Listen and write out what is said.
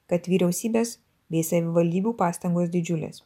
kad vyriausybės bei savivaldybių pastangos didžiulės